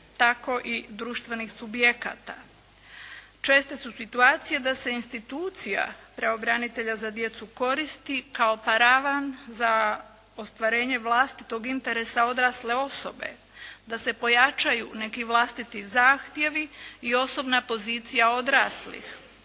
tako i društvenih subjekata. Česte su situacije da se institucija pravobranitelja za djecu koristi kao paravan za ostvarenje vlastitog interesa odrasle osobe, da se pojačaju neki vlastiti zahtjevi i osobna pozicija odraslih